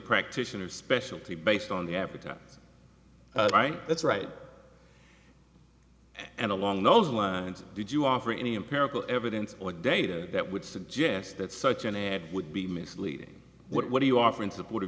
practitioner specialty based on the appetite right that's right and along those lines did you offer any empirical evidence or data that would suggest that such an ad would be misleading what do you offer in support of